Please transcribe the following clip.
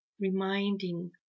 reminding